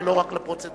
ולא רק לפרוצדורה.